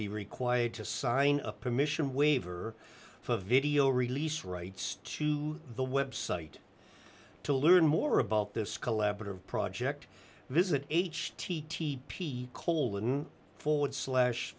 be required to sign a permission waiver for a video release rights to the website to learn more about this collaborative project visit h t t p colon forward slash